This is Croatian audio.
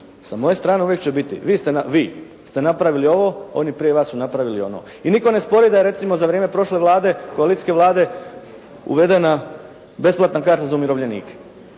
sa moje strane uvijek će biti, vi ste napravili ovo, oni prije vas su napravili ono. I nitko ne sporeda recimo da za vrijeme prošle Vlade, koalicijske Vlade uvedena besplatna karta za umirovljenike,